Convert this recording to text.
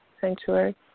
sanctuary